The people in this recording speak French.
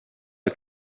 est